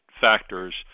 factors